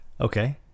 Okay